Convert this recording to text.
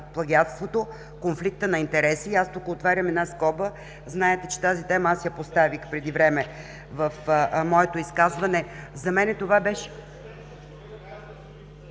конфликта на интереси. Тук отварям една скоба – знаете, че тази тема аз я поставих преди време в моето изказване... (Шум и реплики